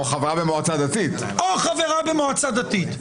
או חברה במועצה דתית.